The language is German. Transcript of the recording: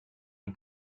den